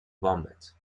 vomit